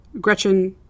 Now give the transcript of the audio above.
Gretchen